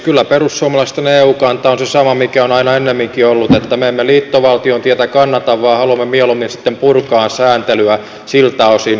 kyllä perussuomalaisten eu kanta on se sama mikä on aina ennemminkin ollut että me emme liittovaltion tietä kannata vaan haluamme mieluummin sitten purkaa sääntelyä siltä osin